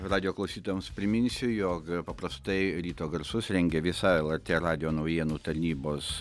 radijo klausytojams priminsiu jog paprastai ryto garsus rengia visa lrt radijo naujienų tarnybos